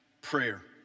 prayer